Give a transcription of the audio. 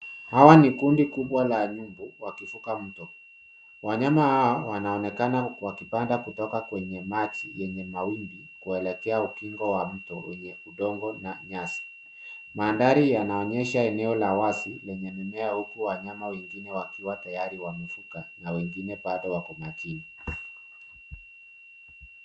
Hawa ni kundi kubwa la nyungu wakivuka mto. Wanyama hao wanaonekana wakipanda kutoka kwenye maji yenye mawimbi kuelekea ukingo wa mto wenye udongo na nyasi. Mandhari yanaonyesha eneo la wazi lenye mimea huku wanyama wengine wakiwa tayari wamevuka na wengine bado wako majini.